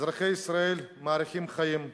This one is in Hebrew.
אזרחי ישראל מאריכים חיים.